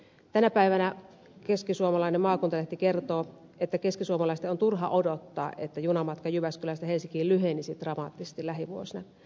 tänä päivänä keskisuomalainen maakuntalehti kertoo että keskisuomalaisten on turha odottaa että junamatka jyväskylästä helsinkiin lyhenisi dramaattisesti lähivuosina